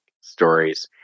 stories